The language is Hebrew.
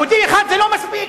יהודי אחד זה לא מספיק,